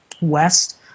west